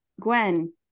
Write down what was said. Gwen